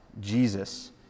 Jesus